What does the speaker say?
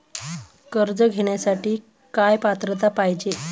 कर्ज घेण्यासाठी काय पात्रता पाहिजे?